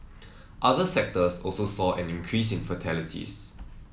other sectors also saw an increase in fatalities